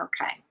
Okay